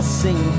sing